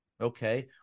Okay